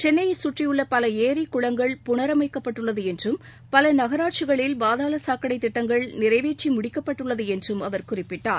சென்னையைச் கற்றியுள்ள பல ஏரிக் குளங்கள் புனரமைக்கப்பட்டுள்ளது என்றும் பல நகராட்சிகளில் பாதாள சாக்கடைத் திட்டங்கள் நிறைவேற்றி முடிக்கப்பட்டுள்ளது என்றும் அவர் குறிப்பிட்டார்